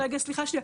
רגע, סליחה שנייה.